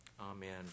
amen